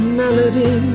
melody